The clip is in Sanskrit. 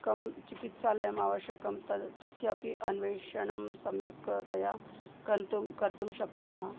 कं चिकित्सालयम् आवश्यकं तस्यापि अन्वेषणं सम्यक्तया कन्तुं कर्तुं शक्नुमः